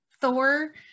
Thor